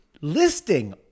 Listing